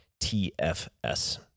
TFS